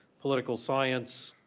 political science,